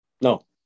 No